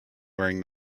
wearing